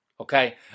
Okay